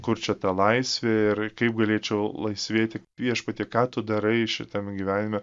kur čia ta laisvė ir kaip galėčiau laisvėti viešpatie ką tu darai šitam gyvenime